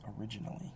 originally